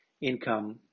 income